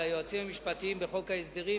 ליועצים המשפטיים בחוק ההסדרים,